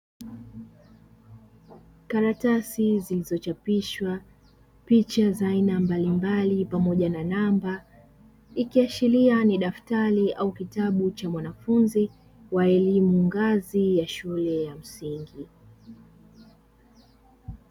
Karatasi zilizochapishwa picha za aina mbalimbali pamoja na namba. Ikiashiria ni daftari au kitabu cha mwanafunzi wa elimu, ngazi ya shule ya msingi.